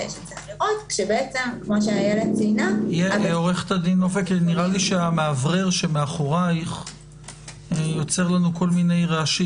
שכפי שאיילת ציינה- -- נראה לי שהמאוורר שמאחוריך יוצר רעשים.